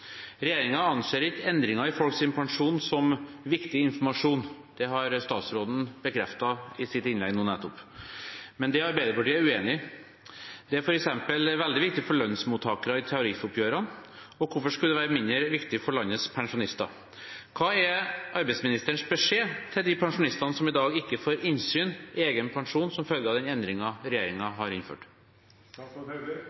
anser ikke endringer i folks pensjon som viktig informasjon. Det har statsråden bekreftet i sitt innlegg nå nettopp. Det er Arbeiderpartiet uenig i. Dette er f.eks. veldig viktig for lønnsmottakere i tariffoppgjørene, så hvorfor skulle det være mindre viktig for landets pensjonister? Hva er arbeidsministerens beskjed til de pensjonistene som i dag ikke får innsyn i egen pensjon som følge av den